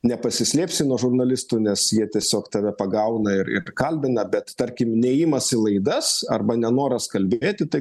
nepasislėpsi nuo žurnalistų nes jie tiesiog tave pagauna ir ir kalbina bet tarkim ne ėjimas į laidas arba nenoras kalbėti tai